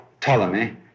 Ptolemy